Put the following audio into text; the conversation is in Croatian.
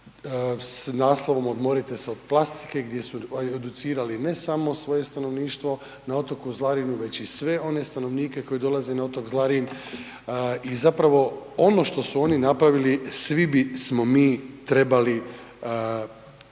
s naslovom Odmorite se od plastike, gdje su educirali ne samo svoje stanovništvo na otoku Zlarinu, već i sve one stanovnike koji dolaze na otok Zlarin, i zapravo ono što su oni napravili, svi bismo mi trebali